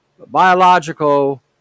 biological